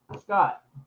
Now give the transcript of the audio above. Scott